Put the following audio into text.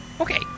Okay